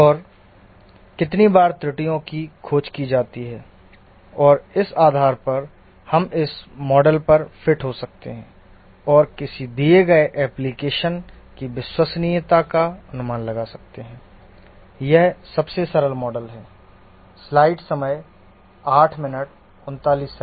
और कितनी बार त्रुटियों की खोज की जाती है और इस आधार पर हम इस मॉडल पर फिट हो सकते हैं और किसी दिए गए एप्लिकेशन की विश्वसनीयता का अनुमान लगा सकते हैं यह सबसे सरल मॉडल है